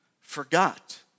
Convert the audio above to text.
forgot